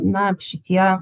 na šitie